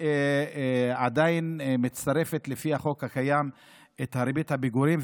עדיין מצטרפת לפי החוק הקיים ריבית הפיגורים.